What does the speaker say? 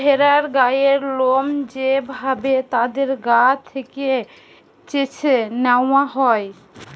ভেড়ার গায়ের লোম যে ভাবে তাদের গা থেকে চেছে নেওয়া হয়